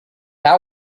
out